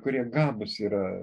kurie gabūs yra